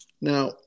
now